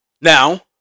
Now